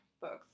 books